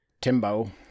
timbo